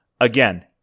Again